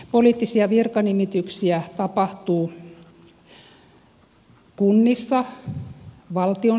poliittisia virkanimityksiä tapahtuu kunnissa valtion sektorilla